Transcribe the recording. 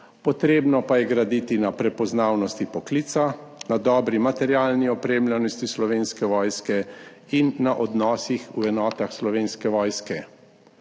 potrebno pa je graditi na prepoznavnosti poklica, na dobri materialni opremljenosti Slovenske vojske in na odnosih v enotah Slovenske vojske.